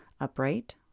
upright